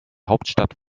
hauptstadt